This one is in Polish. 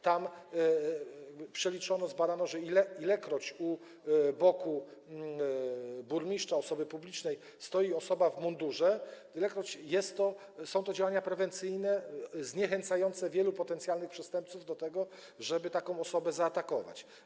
Tam przeliczono, zbadano, że ilekroć u boku burmistrza, osoby publicznej stoi osoba w mundurze, tylekroć są to działania prewencyjne, zniechęcające wielu potencjalnych przestępców do tego, żeby taką osobę zaatakować.